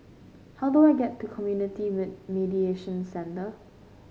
how do I get to Community Mediation Centre